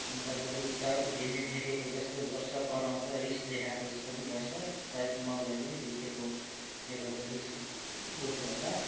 अन्त घरी उता उधिने फ्याँकेको जस्तो गर्छ कराउँछ रिस देखाएको जस्तो पनि गर्छ सायद माउलाई पनि दुखेकोले गर्दा रिस उठ्दो होला